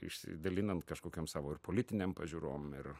išsidalinant kažkokiom savo ir politinėm pažiūrom ir